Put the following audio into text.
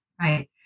Right